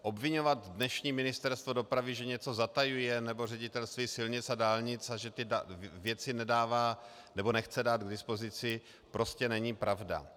Obviňovat dnešní Ministerstvo dopravy, že něco zatajuje, nebo Ředitelství silnic a dálnic, a že ty věci nedává nebo nechce dát k dispozici, prostě není pravda.